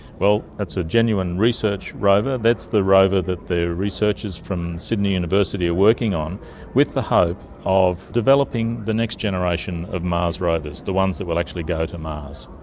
that's a genuine research rover. that's the rover that the researchers from sydney university are working on with the hope of developing the next generation of mars rovers, the ones that will actually go to mars.